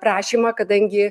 prašymą kadangi